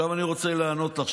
עכשיו אני רוצה לענות לך.